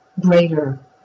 greater